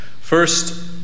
First